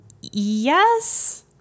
Yes